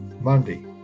Monday